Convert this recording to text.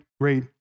great